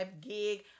gig